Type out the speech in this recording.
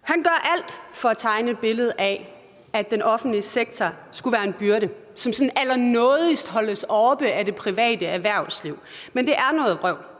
Han gør alt for at tegne et billede af, at den offentlige sektor skulle være en byrde, som sådan allernådigst holdes oppe af det private erhvervsliv. Men det er noget vrøvl.